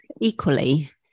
Equally